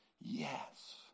Yes